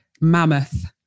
mammoth